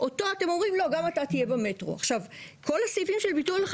גם על חשבון הקידוח הספציפי זה נאשר.